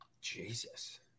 Jesus